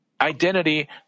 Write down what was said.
identity